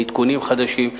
עדכונים חדשים.